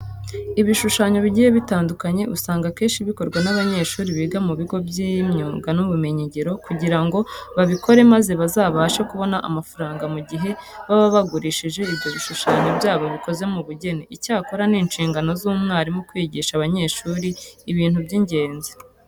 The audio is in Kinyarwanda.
Ibishushanyo bigiye bitandukanye usanga akenshi bikorwa n'abanyeshuri biga mu bigo by'imyuga n'ubumenyingiro kugira ngo babikore maze bazabashe kubona amafaranga mu gihe baba bagurishije ibyo bishushanyo byabo bikoze mu bugeni. Icyakora ni inshingano z'umwarimu kwigisha abanyeshuri ibintu by'ingenzi.